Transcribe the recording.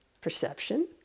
perception